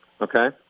okay